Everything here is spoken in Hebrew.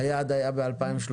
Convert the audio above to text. היעד היה 2030,